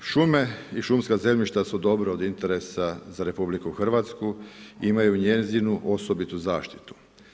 Šume i šumska zemljišta su dobro od interesa za RH i imaju njezinu osobitu zaštitu.